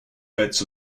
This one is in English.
beds